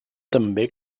també